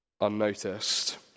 unnoticed